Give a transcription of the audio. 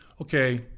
Okay